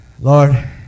Lord